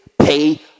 pay